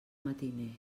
matiner